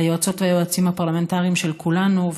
ליועצות והיועצים הפרלמנטריים של כולנו,